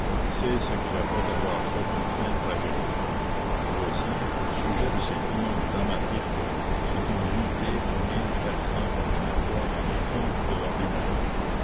c'est ce qu'il appelait avoir fait une fin tragique voici au sujet de ses triomphes dramatiques ce qu'on lit dès dans les comptes de l'ordinaire